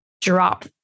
drop